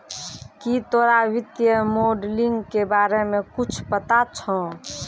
की तोरा वित्तीय मोडलिंग के बारे मे कुच्छ पता छौं